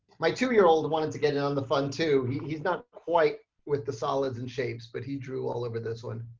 my two year old wanted to get in on the fun, too. he's he's not quite with the solids and shapes, but he drew all over this one.